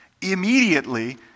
Immediately